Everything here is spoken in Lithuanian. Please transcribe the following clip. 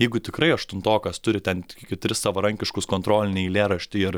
jeigu tikrai aštuntokas turi ten tik tris savarankiškus kontrolinį eilėraštį ir